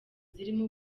zirimo